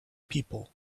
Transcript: people